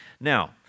Now